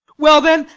well, then,